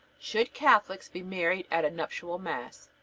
should catholics be married at a nuptial mass?